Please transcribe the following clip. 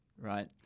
Right